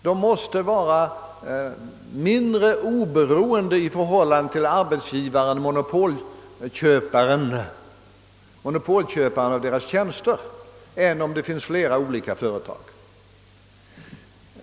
De måste bli mindre oberoende i förhållande till arbetsgivaren — köparen av deras tjänster — om TV-företaget är ett monopol än om det finns flera olika företag.